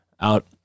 out